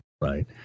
Right